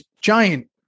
giant